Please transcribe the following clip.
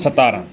ਸਤਾਰਾਂ